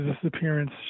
disappearance